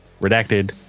Redacted